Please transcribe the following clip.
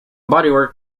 bodywork